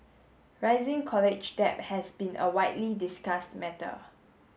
rising college debt has been a widely discussed matter